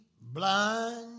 blind